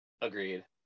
Agreed